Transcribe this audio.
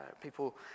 people